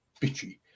bitchy